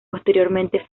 posteriormente